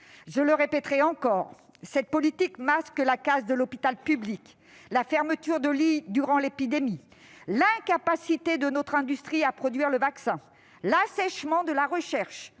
Je le répète, cette politique masque la casse de l'hôpital public, la fermeture de lits durant l'épidémie, l'incapacité de notre industrie à produire le vaccin, l'assèchement de la recherche